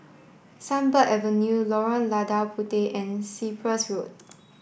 Sunbird Avenue Lorong Lada Puteh and Cyprus Road